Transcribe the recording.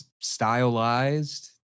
stylized